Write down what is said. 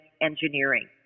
engineering